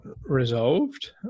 resolved